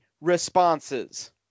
responses